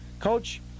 Coach